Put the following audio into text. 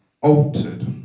altered